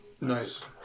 Nice